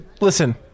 Listen